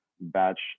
batch